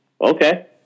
okay